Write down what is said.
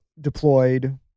deployed